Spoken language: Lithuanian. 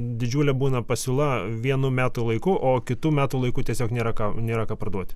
didžiulė būna pasiūla vienu metų laiku o kitu metų laiku tiesiog nėra kam nėra ką parduoti